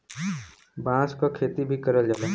बांस क खेती भी करल जाला